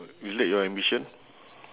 is that your ambition